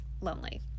lonely